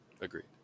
Agreed